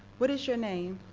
what is your name?